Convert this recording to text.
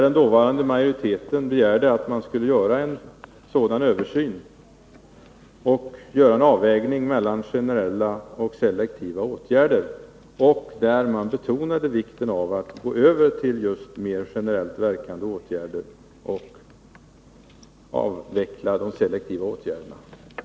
Den dåvarande majoriteten begärde att man skulle göra en sådan översyn och göra en avvägning mellan generella och selektiva åtgärder. Man betonade vikten av att gå över till just generellt verkande åtgärder och avveckla de selektiva åtgärderna.